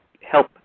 help